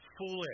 foolish